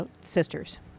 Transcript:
sisters